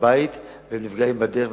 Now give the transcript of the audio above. לבית ונפגעות בדרך,